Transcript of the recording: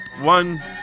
One